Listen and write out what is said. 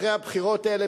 אחרי הבחירות האלה,